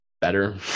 better